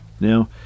Now